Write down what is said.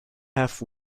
have